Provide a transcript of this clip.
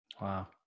Wow